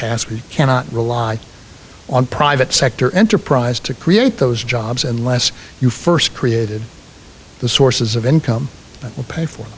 task we cannot rely on private sector enterprise to create those jobs unless you first created the sources of income that will pay for